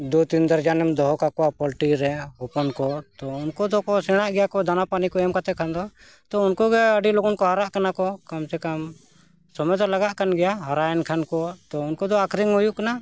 ᱫᱩ ᱛᱤᱱ ᱦᱟᱡᱟᱨ ᱜᱟᱱᱮᱢ ᱫᱚᱦᱚ ᱠᱟᱠᱚᱣᱟ ᱯᱚᱞᱴᱨᱤ ᱨᱮ ᱦᱚᱯᱚᱱ ᱠᱚ ᱛᱚ ᱩᱱᱠᱩ ᱫᱚᱠᱚ ᱥᱮᱬᱟᱜ ᱜᱮᱭᱟ ᱠᱚ ᱫᱟᱱᱟ ᱯᱟᱱᱤ ᱠᱚ ᱮᱢ ᱠᱟᱛᱮᱜ ᱠᱷᱟᱱ ᱫᱚ ᱛᱚ ᱩᱱᱠᱩᱜᱮ ᱟᱹᱰᱤ ᱞᱚᱜᱚᱱ ᱠᱚ ᱦᱟᱨᱟᱜ ᱠᱟᱱᱟ ᱠᱚ ᱠᱚᱢ ᱥᱮ ᱠᱚᱢ ᱥᱚᱢᱚᱭ ᱫᱚ ᱞᱟᱜᱟᱜ ᱠᱟᱱ ᱜᱮᱭᱟ ᱦᱟᱨᱟᱭᱮᱱ ᱠᱷᱟᱱ ᱠᱚ ᱛᱚ ᱩᱱᱠᱩ ᱫᱚ ᱟᱹᱠᱷᱨᱤᱧ ᱦᱩᱭᱩᱜ ᱠᱟᱱᱟ